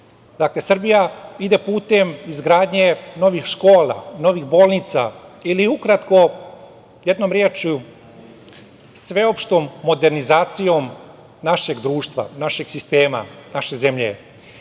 Dakle, Srbija ide putem izgradnje novih škola, novih bolnica ili ukratko, jednom rečju, sveopštom modernizacijom našeg društva, našeg sistema, naše zemlje. Možda